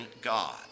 God